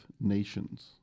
nations